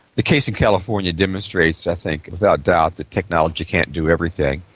the case in california demonstrates, i think, without doubt, that technology can't do everything.